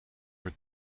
voor